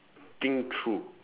think through